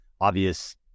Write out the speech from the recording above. obvious